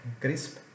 crisp